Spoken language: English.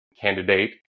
Candidate